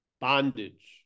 bondage